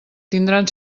tindran